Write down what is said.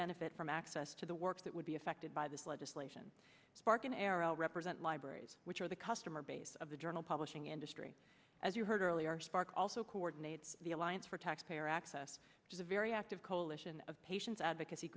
benefit from access to the work that would be affected by this legislation sparking errol represent libraries which are the customer base of the journal publishing industry as you heard earlier spark also coordinates the alliance for tax payer access which is a very active coalition of patients advocacy